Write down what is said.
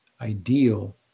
ideal